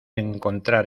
encontrar